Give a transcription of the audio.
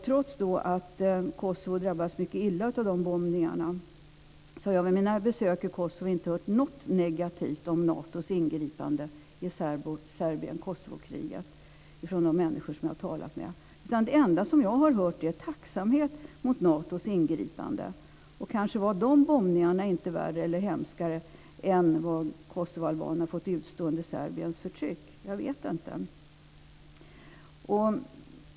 Trots att Kosovo drabbades mycket illa av de bombningarna har jag vid mina besök i Kosovo inte hört någonting negativt om Natos ingripande i Serbien-Kosovokriget från de människor jag talat med. Det enda jag har hört är tacksamhet för Natos ingripande. Kanske var de bombningarna inte värre eller hemskare än vad kosovoalbanerna har fått utstå under Serbiens förtryck, jag vet inte.